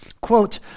Quote